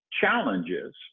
challenges